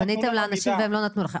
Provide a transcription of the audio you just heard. פניתם לאנשים והם לא נתנו לכם.